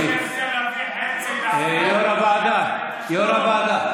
מי שירצה להעביר חצי, יו"ר הוועדה, יו"ר הוועדה.